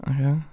Okay